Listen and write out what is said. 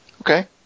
Okay